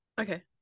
Okay